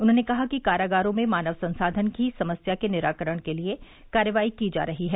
उन्होंने कहा कि कारागारों में मानव संसाधन की समस्या के निराकरण के लिये कार्रवाई की जा रही है